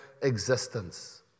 existence